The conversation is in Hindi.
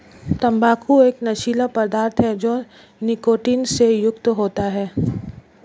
तंबाकू एक नशीला पदार्थ है जो निकोटीन से युक्त होता है